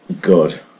good